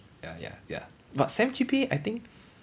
ya ya ya but sem G_P_A I think